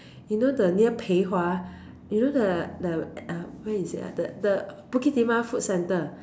you know the near peihua you know the the uh where is it ah the the Bukit-Timah food centre